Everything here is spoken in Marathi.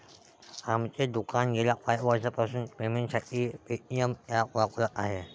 आमचे दुकान गेल्या पाच वर्षांपासून पेमेंटसाठी पेटीएम ॲप वापरत आहे